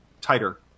tighter